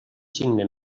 signe